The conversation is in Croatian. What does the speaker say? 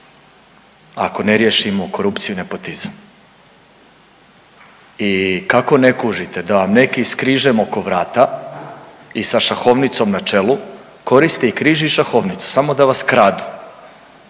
ako ne riješimo korupciju i nepotizam. I kako ne kužite da vam neki s križem oko vrata i sa šahovnicom na čelu koriste i križ i šahovnicu samo da vas kradu.